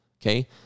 okay